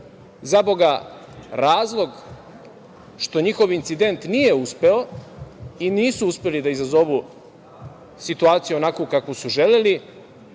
zaboga, razlog što njihov incident nije uspeo i nisu uspeli da izazovu situaciju kakvu su želeli,